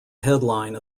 headline